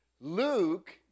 Luke